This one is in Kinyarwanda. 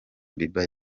bieber